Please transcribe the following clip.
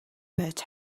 байж